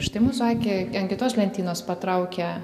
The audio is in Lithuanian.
štai mūsų akį ant kitos lentynos patraukia